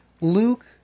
Luke